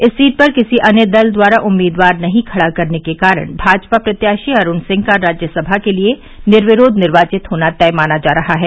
इस सीट पर किसी अन्य दल द्वारा उम्मीदवार नहीं खड़ा करने के कारण भाजपा प्रत्याशी अरूण सिंह का राज्यसभा के लिये निर्विरोध निर्वाचित होना तय माना जा रहा है